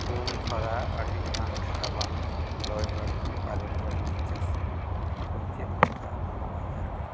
ᱰᱩᱢ ᱠᱷᱚᱨᱟ ᱟᱹᱰᱤ ᱟᱴ ᱨᱟᱵᱟᱝ ᱦᱚᱭ ᱵᱟᱹᱨᱰᱩ ᱟᱨᱮᱞ ᱡᱟᱹᱲᱤ ᱪᱟᱹᱥᱤᱠᱚ ᱪᱮᱫᱞᱮᱠᱟ ᱱᱚᱣᱟ ᱟᱸᱡᱷᱟᱴ